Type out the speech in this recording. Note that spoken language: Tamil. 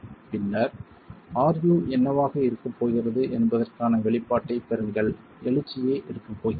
பின்னர் ru என்னவாக இருக்கப் போகிறது என்பதற்கான வெளிப்பாட்டைப் பெறுங்கள் எழுச்சியே இருக்கப் போகிறது